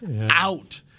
out